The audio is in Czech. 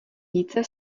více